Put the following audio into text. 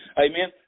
Amen